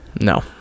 No